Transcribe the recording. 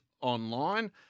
online